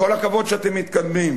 כל הכבוד שאתם מתקדמים.